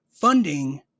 funding